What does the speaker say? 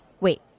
Wait